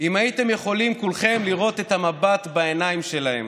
אם הייתם יכולים כולכם לראות את המבט בעיניים שלהם,